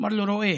אמר לו: רואה.